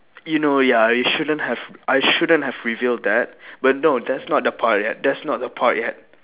you know ya I shouldn't have I shouldn't have revealed that but no that's not the point yet that's not the point yet